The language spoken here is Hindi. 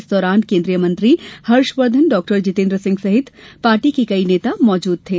इस दौरान केन्द्रीय मंत्री हर्षवर्धन डॉ जितेन्द्र सिंह सहित पार्टी के कई नेता मौजूद थे